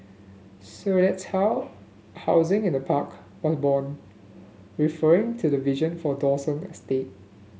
so that's how housing in a park was born referring to the vision for Dawson estate